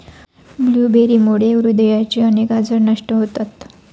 ब्लूबेरीमुळे हृदयाचे अनेक आजार नष्ट होतात